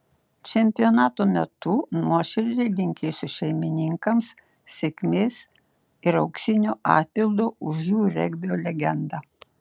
čempionato metu nuoširdžiai linkėsiu šeimininkams sėkmės ir auksinio atpildo už jų regbio legendą